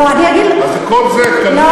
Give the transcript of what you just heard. לא, אני אגיד, אז כל זה כלול במושג "מדינת הלאום".